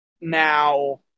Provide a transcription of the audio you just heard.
Now